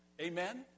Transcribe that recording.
Amen